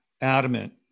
adamant